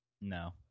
No